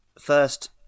first